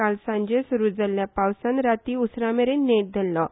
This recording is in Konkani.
काल सांजे सुरू जाल्या पावसान राती उसरा मेरेन नेट धरुछो